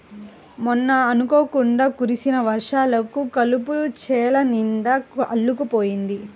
మొన్న అనుకోకుండా కురిసిన వర్షాలకు కలుపు చేలనిండా అల్లుకుపోయింది